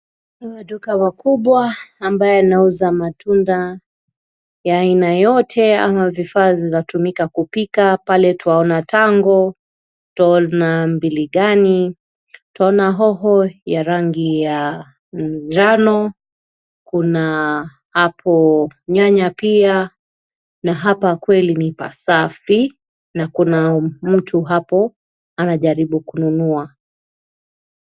Ni duka wakubwa ambaye anauza matunda ya aina yote ama vifaa zinatumika kupika. Pale twaona tango, twaona mbilingani, twaona hoho ya rangi ya njano. Kuna hapo nyanya pia na hapa kweli ni pasafi na kuna mtu hapo anajaribu kununua.